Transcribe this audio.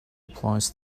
applies